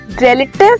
relative